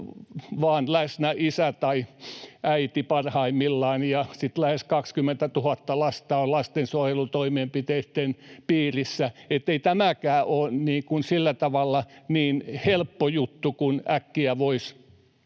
vain isä tai äiti parhaimmillaan, ja sitten lähes 20 000 lasta on lastensuojelutoimenpiteitten piirissä, eli ei tämäkään ole sillä tavalla niin helppo juttu kuin äkkiä voisi